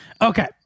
Okay